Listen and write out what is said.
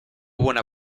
buena